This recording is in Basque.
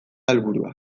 helburua